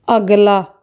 ਅਗਲਾ